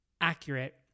accurate